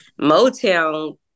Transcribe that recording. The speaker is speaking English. Motown